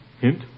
Hint